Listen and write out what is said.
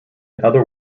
other